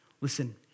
Listen